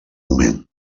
moment